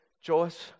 Joyce